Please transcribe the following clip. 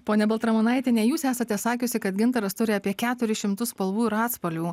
ponia baltramonaitiene jūs esate sakiusi kad gintaras turi apie keturis šimtus spalvų ir atspalvių